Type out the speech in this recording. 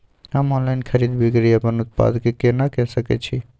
हम ऑनलाइन खरीद बिक्री अपन उत्पाद के केना के सकै छी?